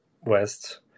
West